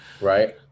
Right